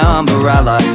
umbrella